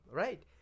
right